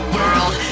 World